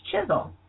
chisel